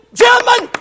gentlemen